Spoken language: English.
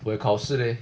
我有考试 leh